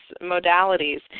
modalities